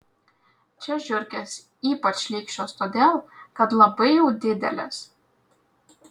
čia žiurkės ypač šlykščios todėl kad labai jau didelės